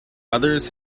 others